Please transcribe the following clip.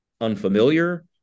unfamiliar